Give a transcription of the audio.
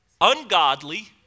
ungodly